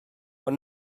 ond